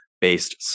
based